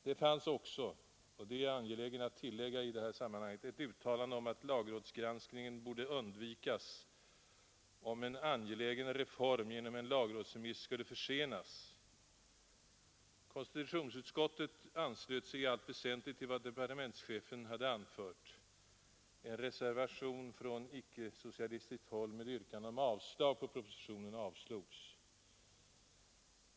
Det finns också, och det är jag angelägen att tillägga i detta sammanhang, ett uttalande av departementschefen om att lagrådsgranskningen borde undvikas om en angelägen reform genom en lagrådsremiss skulle försenas. Konstitutionsutskottet anslöt sig i allt väsentligt till vad departementschefen hade anfört. En reservation från icke-socialistiskt håll med yrkande om avslag på propositionen avslogs.